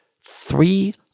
Three